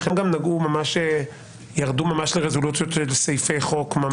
וחלק גם ירדו ממש לרזולוציות ולסעיפי חוק,